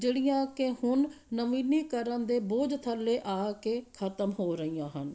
ਜਿਹੜੀਆਂ ਕਿ ਹੁਣ ਨਵੀਨੀਕਰਨ ਦੇ ਬੋਝ ਥੱਲੇ ਆ ਕੇ ਖਤਮ ਹੋ ਰਹੀਆਂ ਹਨ